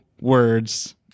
words